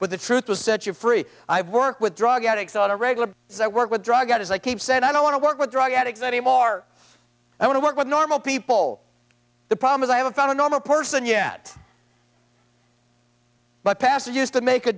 but the truth will set you free i work with drug addicts on a regular so i work with drug as i keep said i don't want to work with drug addicts anymore are i want to work with normal people the problem is i haven't found a normal person yet but pastor used to make a